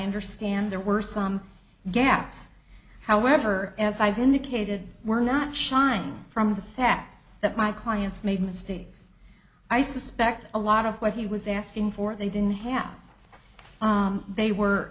understand there were some gaps however as i've indicated we're not shine from the fact that my clients made mistakes i suspect a lot of what he was asking for they didn't have they were